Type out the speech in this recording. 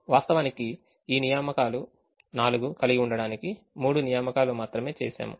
వాస్తవానికి 4 నియామకాలు కలిగి ఉండటానికి 3 నియామకాలు మాత్రమే చేశాము